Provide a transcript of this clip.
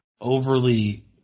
overly